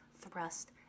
thrust